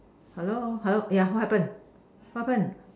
hello hello ya what happen what happen